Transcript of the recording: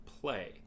play